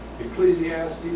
Ecclesiastes